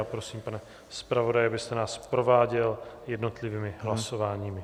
Prosím, pane zpravodaji, abyste nás prováděl jednotlivými hlasováními.